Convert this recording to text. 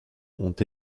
ont